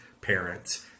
parents